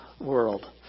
world